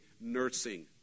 nursing